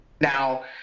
Now